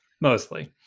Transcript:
Mostly